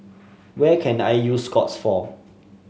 where can I use Scott's for